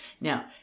Now